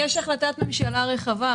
יש החלטת ממשלה רחבה.